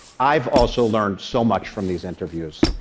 i've also learned so much from these interviews.